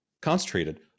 concentrated